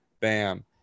Bam